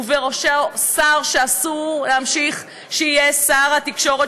ובראשו שר שאסור שימשיך ויהיה שר התקשורת